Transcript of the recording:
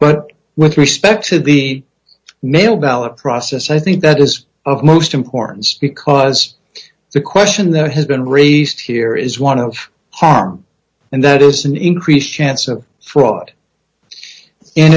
but with respect to the mail ballot process i think that is of utmost importance because the question that has been raised here is one of harm and that is an increased chance of fraud